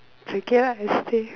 you cannot I say